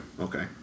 okay